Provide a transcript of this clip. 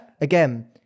Again